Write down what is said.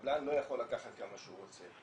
הקבלן לא יכול לקחת כמה שהוא רוצה,